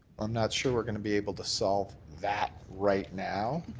i'm not sure we're going to be able to solve that right now,